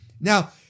Now